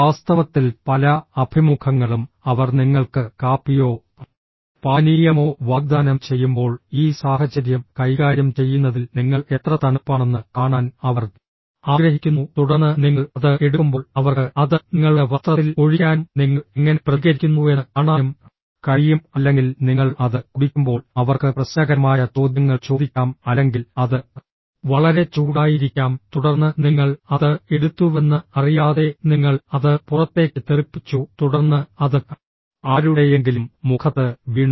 വാസ്തവത്തിൽ പല അഭിമുഖങ്ങളും അവർ നിങ്ങൾക്ക് കാപ്പിയോ പാനീയമോ വാഗ്ദാനം ചെയ്യുമ്പോൾ ഈ സാഹചര്യം കൈകാര്യം ചെയ്യുന്നതിൽ നിങ്ങൾ എത്ര തണുപ്പാണെന്ന് കാണാൻ അവർ ആഗ്രഹിക്കുന്നു തുടർന്ന് നിങ്ങൾ അത് എടുക്കുമ്പോൾ അവർക്ക് അത് നിങ്ങളുടെ വസ്ത്രത്തിൽ ഒഴിക്കാനും നിങ്ങൾ എങ്ങനെ പ്രതികരിക്കുന്നുവെന്ന് കാണാനും കഴിയും അല്ലെങ്കിൽ നിങ്ങൾ അത് കുടിക്കുമ്പോൾ അവർക്ക് പ്രശ്നകരമായ ചോദ്യങ്ങൾ ചോദിക്കാം അല്ലെങ്കിൽ അത് വളരെ ചൂടായിരിക്കാം തുടർന്ന് നിങ്ങൾ അത് എടുത്തുവെന്ന് അറിയാതെ നിങ്ങൾ അത് പുറത്തേക്ക് തെറിപ്പിച്ചു തുടർന്ന് അത് ആരുടെയെങ്കിലും മുഖത്ത് വീണു